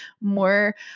more